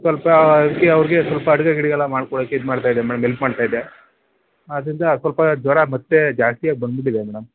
ಸ್ವಲ್ಪ ಯೋರ್ಗೆ ಸ್ವಲ್ಪ ಅಡಿಗೆ ಗಿಡಿಗೆ ಮಾಡ್ಕೊಡಕ್ಕೆ ಇದು ಮಾಡ್ತಾಯಿದ್ದೆ ಮೇಡಮ್ ಹೆಲ್ಪ್ ಮಾಡ್ತಾಯಿದ್ದೆ ಆದ್ದರಿಂದ ಸ್ವಲ್ಪ ಜ್ವರ ಮತ್ತೆ ಜಾಸ್ತಿಯಾಗಿ ಬಂದ್ಬಿಟ್ಟಿದೆ ಮೇಡಮ್